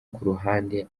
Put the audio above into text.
kuruhande